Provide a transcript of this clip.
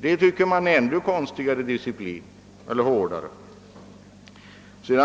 disciplin förekommer är väl konstigare än att man håller ihop inom ett parti.